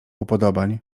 upodobań